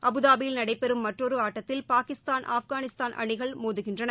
அபுதாபியில் நடைபெறும் மற்றொரு ஆட்டத்தில் பாகிஸ்தான் ஆப்கானிஸ்தான் அணிகள் மோதுகின்றன